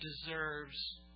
deserves